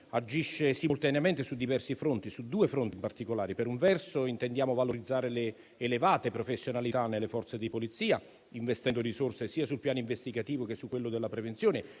agisce simultaneamente su due fronti in particolare: per un verso, intendiamo valorizzare le elevate professionalità nelle Forze di polizia, investendo risorse, sia sul piano investigativo che su quello della prevenzione,